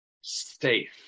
safe